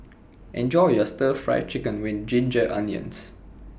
Enjoy your Stir Fried Chicken with Ginger Onions